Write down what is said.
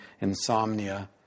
insomnia